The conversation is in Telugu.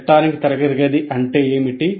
ఎలక్ట్రానిక్ తరగతి గది అంటే ఏమిటి